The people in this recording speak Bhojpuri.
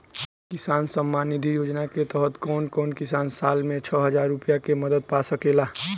किसान सम्मान निधि योजना के तहत कउन कउन किसान साल में छह हजार रूपया के मदद पा सकेला?